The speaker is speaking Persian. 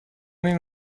این